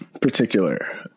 particular